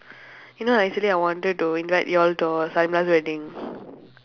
you know I actually I wanted to invite you all to wedding